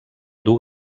dur